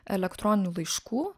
elektroninių laiškų